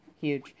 huge